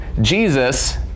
Jesus